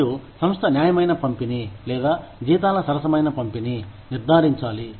మరియు సంస్థ న్యాయమైన పంపిణీ లేదా జీతాల సరసమైన పంపిణీని నిర్ధారించాలి